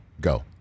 Go